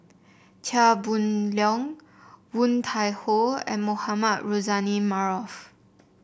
Chia Boon Leong Woon Tai Ho and Mohamed Rozani Maarof